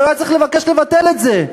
הוא היה צריך לבקש לבטל את זה.